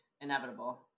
inevitable